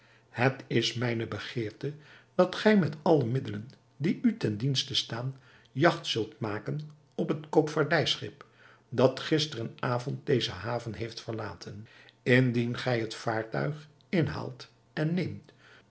het is mijne begeerte dat gij met alle middelen die u ten dienste staan jagt zult maken op het koopvaardijschip dat gisteren avond deze haven heeft verlaten indien gij het vaartuig inhaalt en neemt